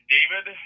David